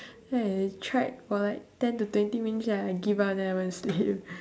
then I tried for like ten to twenty minutes then I give up then I went to sleep